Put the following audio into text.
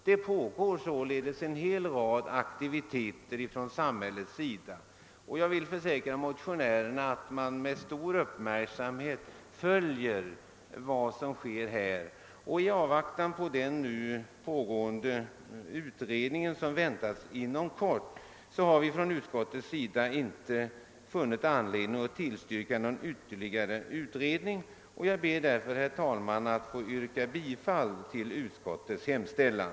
Det pågår således en hel rad aktiviteter från samhällets sida, och jag vill försäkra motionärerna att man med stor uppmärksamhet följer vad som sker. I avvaktan på den nu pågående utredningen, vars resultat väntas inom kort, har vi från utskottets sida inte funnit anledning att tillstyrka någon ytterligare utredning, och jag ber därför, herr talman, att få yrka bifall till utskottets hemställan.